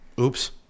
Oops